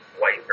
white